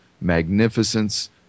magnificence